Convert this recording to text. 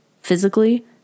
physically